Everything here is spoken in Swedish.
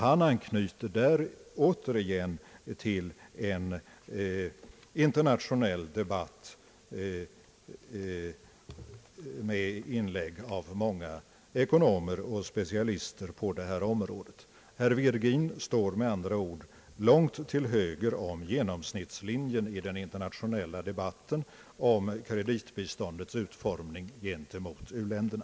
Han anknyter där återigen till en internationell debatt med inlägg av många ekonomer och specialister på detta område. Herr Virgin står med andra ord långt till höger om genomsnittslinjen i den internationella debatten om kreditbiståndets — utformning «gentemot u-länderna.